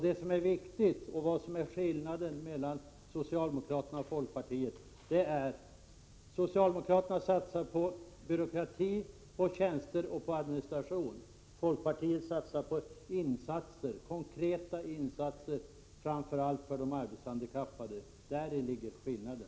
Det som är viktigt är att socialdemokraterna satsar på byråkrati, på tjänster och på administration, medan folkpartiet satsar på konkreta insatser, framför allt för de arbetshandikappade. Däri ligger skillnaden.